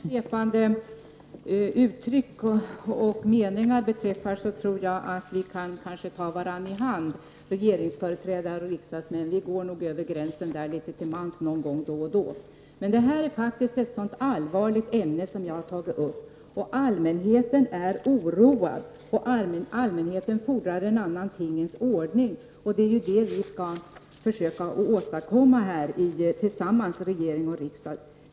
Fru talman! Vad beträffar svepande uttalanden och åsikter tror jag att vi riksdagsmän och regeringsföreträdare kanske kan ta varandra i hand. Vi går nog över gränsen litet till mans någon gång då och då. Det är ett allvarligt ämne som jag har tagit upp. Allmänheten är oroad, och allmänheten fordrar en annan tingens ordning. Det är det som vi i regering och riksdag tillsammans skall försöka åstadkomma.